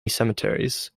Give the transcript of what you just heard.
cemeteries